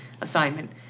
assignment